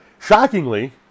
Shockingly